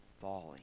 falling